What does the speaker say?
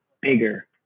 bigger